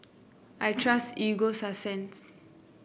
I trust Ego Sunsense